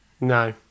No